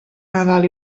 nadal